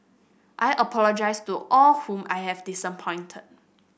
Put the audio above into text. I apologise to all whom I have disappointed